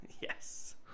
Yes